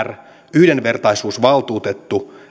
yhdenvertaisuusvaltuutettu